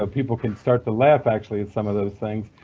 ah people can start to laugh actually at some of those things.